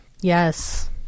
Yes